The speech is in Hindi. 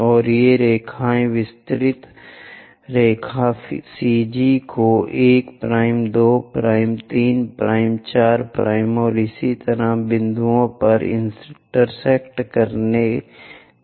और ये रेखाएँ विस्तारित रेखा CG को 1 2 3 4 और इसी तरह बिंदुओं पर इंटेरसेक्ट करने जा रही हैं